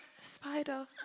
Spider